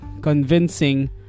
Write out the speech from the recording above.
convincing